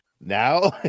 now